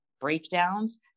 breakdowns